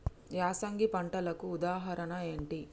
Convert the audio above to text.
యాసంగి పంటలకు ఉదాహరణ ఏంటి?